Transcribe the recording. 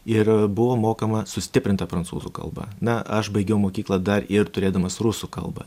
ir buvo mokama sustiprinta prancūzų kalba na aš baigiau mokyklą dar ir turėdamas rusų kalbą